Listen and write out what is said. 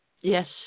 Yes